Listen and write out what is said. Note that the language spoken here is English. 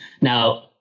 Now